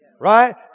Right